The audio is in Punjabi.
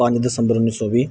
ਪੰਜ ਦਸੰਬਰ ਉੱਨੀ ਸੌ ਵੀਹ